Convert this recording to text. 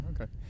okay